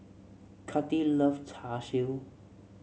Cathi loves Char Siu